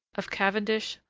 of cavendish,